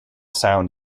sound